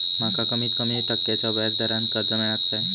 माका कमीत कमी टक्क्याच्या व्याज दरान कर्ज मेलात काय?